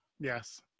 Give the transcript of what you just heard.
Yes